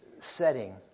setting